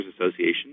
Association